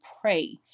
pray